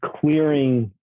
clearing